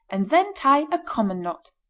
and then tie a common knot.